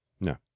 No